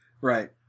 Right